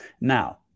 Now